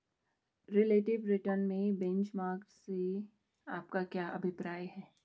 Relative return में benchmark से आपका क्या अभिप्राय है?